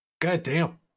Goddamn